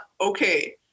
okay